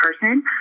person